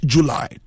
July